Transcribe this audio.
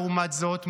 לעומת זאת,